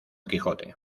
quijote